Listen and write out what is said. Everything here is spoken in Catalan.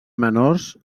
menors